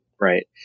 right